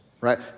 right